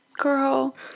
Girl